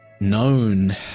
known